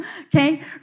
okay